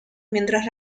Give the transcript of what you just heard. mientras